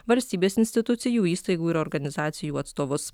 valstybės institucijų įstaigų ir organizacijų atstovus